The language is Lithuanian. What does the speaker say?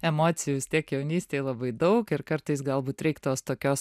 emocijų vis tiek jaunystėj labai daug ir kartais galbūt reik tos tokios